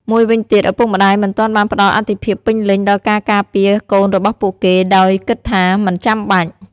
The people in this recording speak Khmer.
មួយវិញទៀត ឪពុកម្ដាយមិនទាន់បានផ្ដល់អាទិភាពពេញលេញដល់ការការពារកូនរបស់ពួកគេ ដោយគិតថាមិនចាំបាច់។